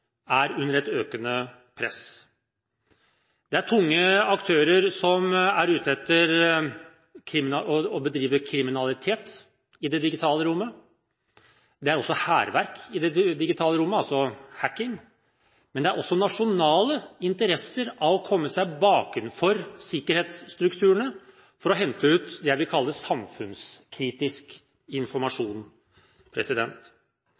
er under økende press. Tunge aktører er ute etter å bedrive kriminalitet i det digitale rommet. Det er også hærverk i det digitale rommet, altså hacking. Det er også nasjonale interesser av å komme seg bakenfor sikkerhetsstrukturene for å hente ut det jeg vil kalle samfunnskritisk